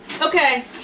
Okay